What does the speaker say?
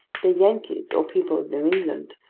the yankees, or people of new england,